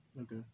Okay